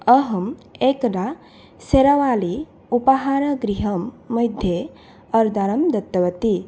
अहम् एकदा सेरावाली उपाहारगृहं मध्ये अर्दरं दत्तवती